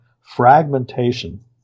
fragmentation